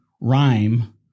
rhyme